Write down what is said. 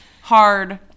hard